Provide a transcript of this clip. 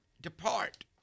depart